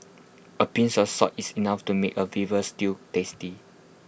A pinch of salt is enough to make A stew tasty